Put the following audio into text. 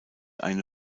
eine